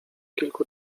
kilku